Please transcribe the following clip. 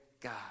God